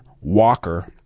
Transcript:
Walker